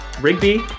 Rigby